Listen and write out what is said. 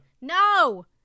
No